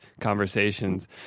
conversations